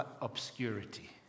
obscurity